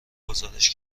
گزارش